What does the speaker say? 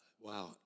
wow